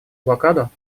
блокаду